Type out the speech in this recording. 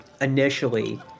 initially